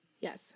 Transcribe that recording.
Yes